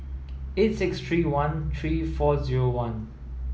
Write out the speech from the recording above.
eight six three one three four zero one